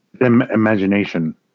imagination